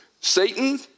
Satan